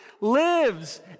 lives